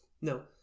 no